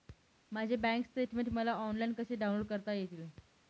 माझे bank statement मला online कसे डाउनलोड करता येईल?